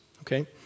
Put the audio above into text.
Okay